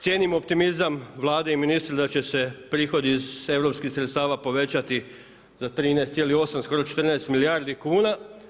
Cijenim optimizam Vlade i ministra da će se prihodi iz europskih sredstava povećati za 13,8 skoro 14 milijardi kuna.